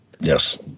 Yes